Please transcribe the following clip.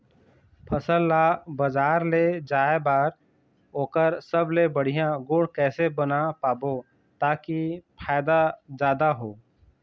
फसल ला बजार ले जाए बार ओकर सबले बढ़िया गुण कैसे बना पाबो ताकि फायदा जादा हो?